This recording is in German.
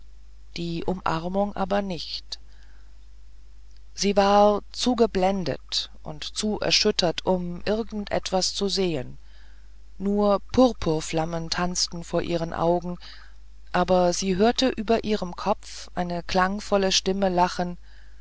die umarmung aber nicht sie war zu geblendet und zu erschüttert um irgend etwas zu sehen nur purpurflammen tanzten vor ihren augen aber sie hörte über ihrem kopfe eine klangvolle stimme lachen